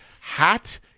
hat